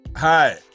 Hi